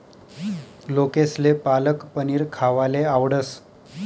लोकेसले पालक पनीर खावाले आवडस